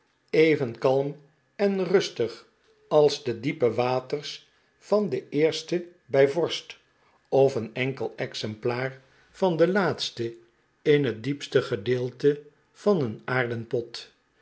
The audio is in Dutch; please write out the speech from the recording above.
even kalm en rustig als de diepe waters van de eerste bij vorst of een enkel exemplaar van de laatste in het diepste gedeelte van een aarden pot